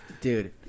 Dude